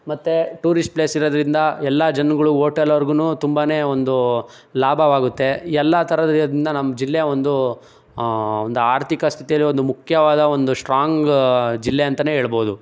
ಮತ್ತು ಟೂರಿಸ್ಟ್ ಪ್ಲೇಸಿರೋದ್ರಿಂದ ಎಲ್ಲ ಜನ್ಗಳು ಓಟೆಲ್ ಅವ್ರ್ಗೂ ತುಂಬಾ ಒಂದು ಲಾಭವಾಗುತ್ತೆ ಎಲ್ಲ ಥರದ್ರಿಂದ ನಮ್ಮ ಜಿಲ್ಲೆ ಒಂದು ಒಂದು ಆರ್ಥಿಕ ಸ್ಥಿತಿಯಲ್ಲಿ ಒಂದು ಮುಖ್ಯವಾದ ಒಂದು ಸ್ಟ್ರಾಂಗ್ ಜಿಲ್ಲೆ ಅಂತನೇ ಏಳ್ಬೋದು